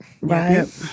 Right